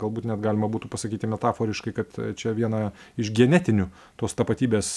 galbūt net galima būtų pasakyti metaforiškai kad čia viena iš genetinių tos tapatybės